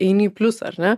eini į pliusą ar ne